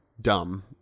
dumb